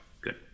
good